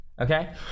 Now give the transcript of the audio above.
Okay